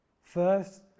First